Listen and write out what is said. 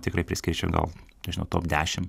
tikrai priskirčiau gal nežinau top dešim